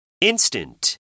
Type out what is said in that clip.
Instant